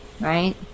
Right